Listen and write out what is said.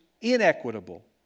inequitable